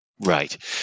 Right